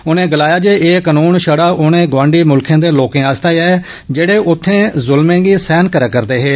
उने गलाया जे एह कानून शड़ा उनें गोआंडी मुल्खें दे लोकें आस्तै ऐ जेड़े उत्थे जुल्में गी सहन करा करदे हे